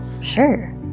Sure